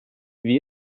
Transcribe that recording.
wie